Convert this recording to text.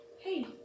Hey